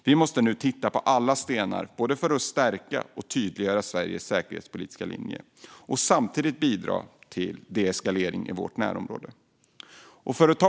Vi måste nu vända på alla stenar för att både stärka och tydliggöra Sveriges säkerhetspolitiska linje och samtidigt bidra till deeskalering i vårt närområde.